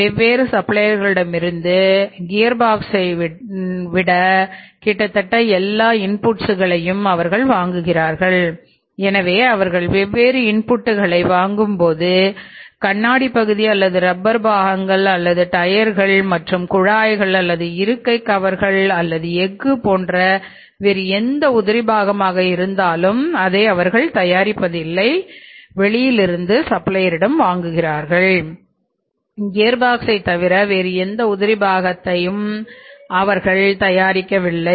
வெவ்வேறு சப்ளையர்களிடமிருந்து வாங்கும் போது கண்ணாடி பகுதி அல்லது ரப்பர் பாகங்கள் அல்லது டயர்கள் மற்றும் குழாய்கள் அல்லது இருக்கை கவர்கள் அல்லது எஃகு போன்ற வேறு எந்த ஒரு உதிரி பாகத்தையும் தாங்களே தயாரிக்கவில்லை